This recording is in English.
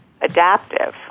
adaptive